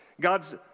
God's